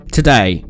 Today